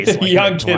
young